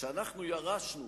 שאנחנו ירשנו